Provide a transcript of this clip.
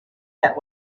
that